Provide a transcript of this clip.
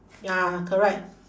ya correct